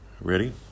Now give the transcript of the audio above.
Ready